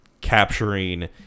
capturing